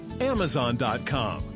amazon.com